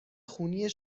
خونی